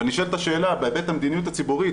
אבל נשאלת השאלה בהיבט המדיניות הציבורית,